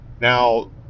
Now